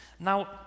Now